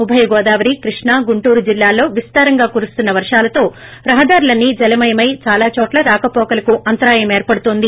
ఉభయ గోదావరి కృష్ణా గుంటూరు జిల్లాల్లో విస్తారంగా కురుస్తున్న వర్షాలతో రహదారులన్సీ జలమయమై చాలా చోట్ల రాకవోకలకు అంతరాయం ఏర్పడుతోంది